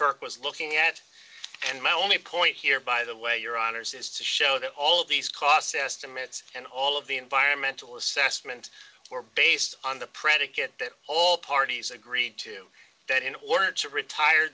firk was looking at and my only point here by the way your honour's is to show that all of these cost estimates and all of the environmental assessment were based on the predicate that all parties agreed to that in order to retire